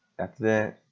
after that